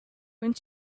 when